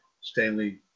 Stanley